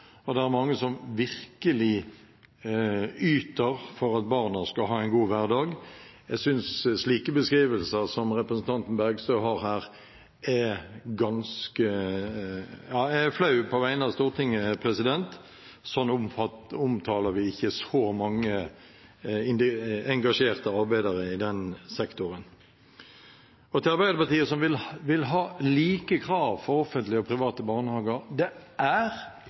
og det er mange som virkelig yter for at barna skal ha en god hverdag. Jeg synes slike beskrivelser som representanten Bergstø har her, er ganske – ja, jeg er flau på vegne av Stortinget. Slik omtaler vi ikke så mange engasjerte arbeidere i den sektoren. Til Arbeiderpartiet, som vil ha like krav til offentlige og private barnehager: Det er